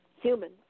human